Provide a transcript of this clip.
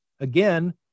Again